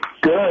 Good